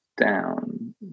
down